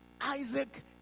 Isaac